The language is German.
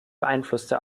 beeinflusste